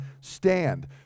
stand